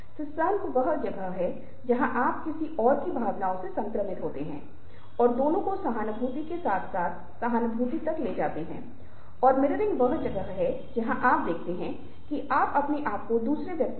उदाहरण के लिए तीर की कहानी वह है जहाँ हमें बताया जाता है कि जब बुद्ध से प्रश्न पूछा गया था कि जीवन का अर्थ क्या है हम मृत्यु के बाद कहाँ जाते हैं क्या वहाँ स्वर्ग है क्या वहाँ कोई नरक है इन सभी सवालों पर वह चुप्पी साधे रहते थे